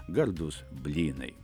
gardūs blynai